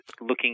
looking